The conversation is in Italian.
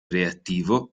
reattivo